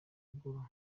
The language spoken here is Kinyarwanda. haruguru